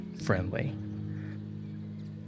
friendly